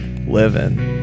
living